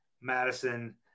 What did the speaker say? Madison